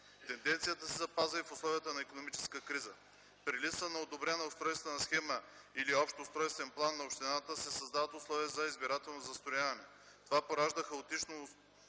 Тенденцията се запазва и в условията на икономическа криза. При липсата на одобрена устройствена схема или общ устройствен план за общината се създават условия за „избирателно застрояване”. Това поражда хаотично